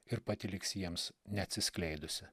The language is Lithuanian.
ir pati liks jiems neatsiskleidusi